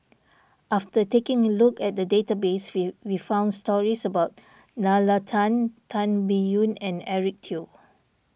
after taking a look at the database we found stories about Nalla Tan Tan Biyun and Eric Teo